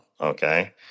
okay